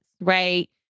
Right